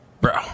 Bro